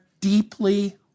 deeply